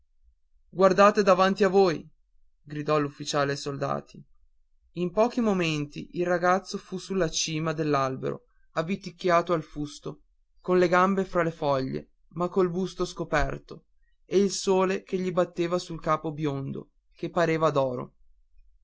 guardate davanti a voi gridò l'ufficiale ai soldati in pochi momenti il ragazzo fu sulla cima dell'albero avviticchiato al fusto con le gambe fra le foglie ma col busto scoperto e il sole gli batteva sul capo biondo che pareva